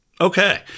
Okay